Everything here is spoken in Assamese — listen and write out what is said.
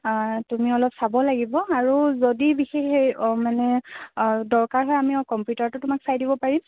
তুমি অলপ চাব লাগিব আৰু যদি বিশেষ হেৰি অঁ মানে অঁ দৰকাৰ হয় আমি কম্পিউটাৰটো তোমাক চাই দিব পাৰিম